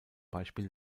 beispiel